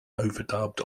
overdubbed